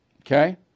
okay